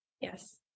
Yes